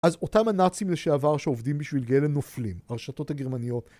אז אותם הנאצים לשעבר שעובדים בשביל גהלן נופלים, הרשתות הגרמניות